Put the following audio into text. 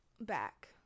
back